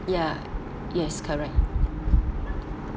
ya yes correct